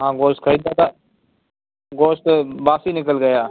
ہاں گوشت خریدا تھا گوشت باسی نکل گیا